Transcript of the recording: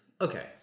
okay